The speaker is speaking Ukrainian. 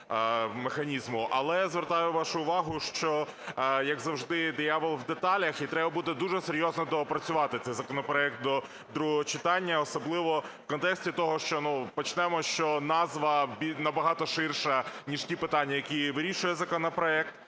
Але звертаю вашу увагу, що, як завжди, диявол в деталях, і треба буде дуже серйозно доопрацювати цей законопроект до другого читання, особливо в контексті того, що… ну, почнемо, що назва набагато ширша, ніж ті питання, які вирішує законопроект.